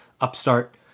upstart